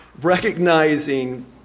recognizing